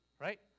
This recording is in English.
right